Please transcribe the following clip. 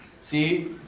See